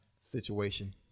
situation